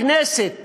הכנסת